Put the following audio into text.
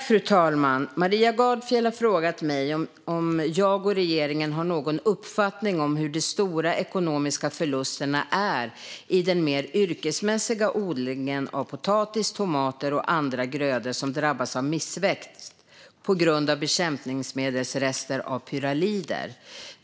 Fru talman! har frågat mig om jag och regeringen har någon uppfattning om hur stora de ekonomiska förlusterna är i den mer yrkesmässiga odlingen av potatis, tomater och andra grödor som drabbas av missväxt på grund av bekämpningsmedelsrester av pyralider.